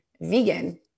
vegan